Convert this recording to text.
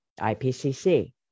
IPCC